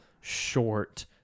short